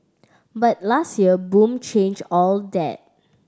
but last year boom changed all that